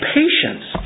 patience